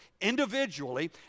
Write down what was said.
individually